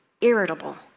irritable